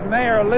Mayor